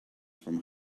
from